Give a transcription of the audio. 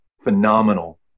phenomenal